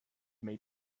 may